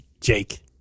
Jake